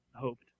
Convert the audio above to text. hoped